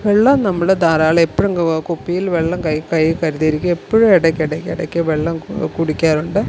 വെള്ളം നമ്മൾ ധാരാളം എപ്പോഴും കുപ്പിയിൽ വെള്ളം കയ്യിൽ കയ്യിൽ കരുതിയിരിക്കാൻ എപ്പോഴും ഇടയ്ക്കിടയ്ക്ക് ഇടക്ക് വെള്ളം കുടിക്കാറുണ്ട്